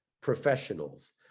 professionals